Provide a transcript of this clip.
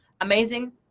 amazing